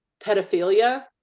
pedophilia